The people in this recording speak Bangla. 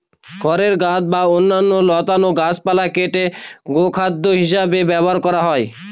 খড়ের গাদা বা অন্যান্য লতানো গাছপালা কেটে গোখাদ্য হিসাবে ব্যবহার করা হয়